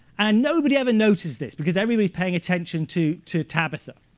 and nobody ever noticed this, because everybody's paying attention to to tabitha.